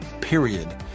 period